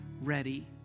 ready